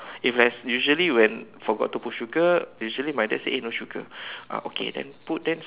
if let's usually when forgot to put sugar usually my dad say eh no sugar ah okay then put then